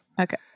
okay